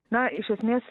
na iš esmės